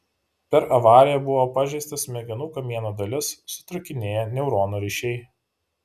per avariją buvo pažeista smegenų kamieno dalis sutrūkinėję neuronų ryšiai